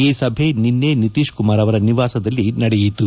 ಈ ಸಭೆ ನಿನ್ನೆ ನಿತೀಶ್ ಕುಮಾರ್ ಅವರ ನಿವಾಸದಲ್ಲಿ ನಡೆಯಿತು